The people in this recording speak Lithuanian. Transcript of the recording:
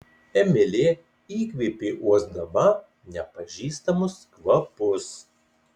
emilė įkvėpė uosdama nepažįstamus kvapus